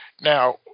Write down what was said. Now